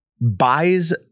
buys